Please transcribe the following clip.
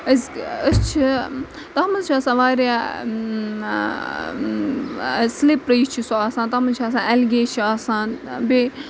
أسۍ چھِ تَتھ منٛز چھِ آسان واریاہ سِلِپری چھِ سُہ آسان تَتھ منٛز چھِ آسان ایلگے چھُ آسان بیٚیہِ